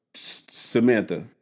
Samantha